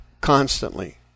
constantly